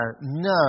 no